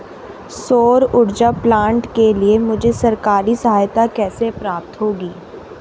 सौर ऊर्जा प्लांट के लिए मुझे सरकारी सहायता कैसे प्राप्त होगी?